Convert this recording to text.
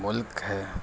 ملک ہے